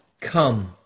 come